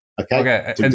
Okay